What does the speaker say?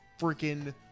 freaking